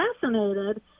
fascinated